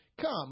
Come